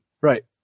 Right